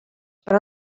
però